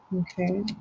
Okay